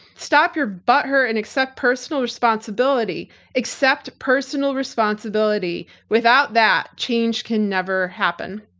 stop your butt hurt and accept personal responsibility accept personal responsibility. without that change can never happen.